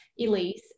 Elise